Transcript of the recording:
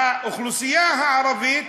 האוכלוסייה הערבית,